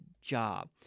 job